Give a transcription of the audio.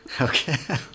okay